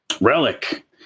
Relic